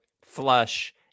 flush